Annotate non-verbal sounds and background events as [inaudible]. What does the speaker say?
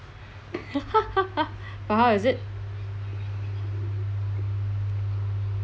[laughs] but how is it